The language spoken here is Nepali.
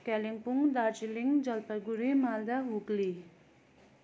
कालिम्पोङ दार्जिलिङ जलपाइगुडी मालदा हुगली